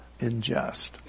ingest